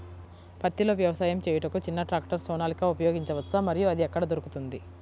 పత్తిలో వ్యవసాయము చేయుటకు చిన్న ట్రాక్టర్ సోనాలిక ఉపయోగించవచ్చా మరియు అది ఎక్కడ దొరుకుతుంది?